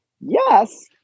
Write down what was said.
yes